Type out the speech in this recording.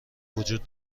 وجود